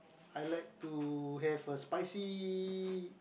I like to have a spicy